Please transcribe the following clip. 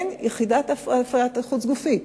אין יחידת הפריה חוץ-גופית.